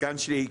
הסגן שלי.